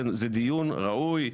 זה דיון ראוי.